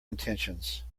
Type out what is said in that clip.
intentions